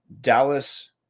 dallas